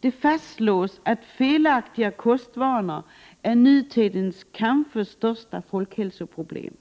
Det fastslås att felaktiga kostvanor är nutidens kanske största folkhälsoproblem.